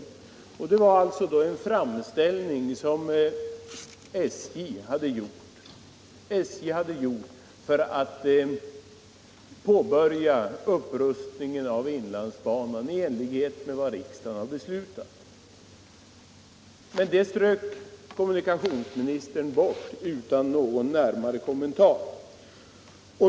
Här är det alltså fråga om en framställning som SJ har gjort för att kunna påbörja upprustningen av inlandsbanan i enlighet med vad riksdagen har beslutat, men den strök kommunikationsministern bort utan någon närmare kommentar.